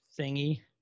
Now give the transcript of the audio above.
thingy